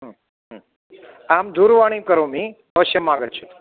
अहं दूरवाणीं करोमि अवश्यम् आगच्छतु